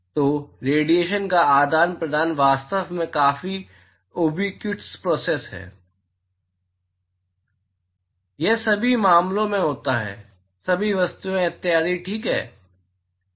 तो रेडिएशन का आदान प्रदान वास्तव में काफी उबिकुइटस प्रोसेस है यह सभी मामलों में होता है सभी वस्तुएं इत्यादि ठीक है